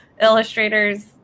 illustrators